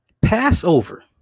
Passover